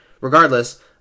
Regardless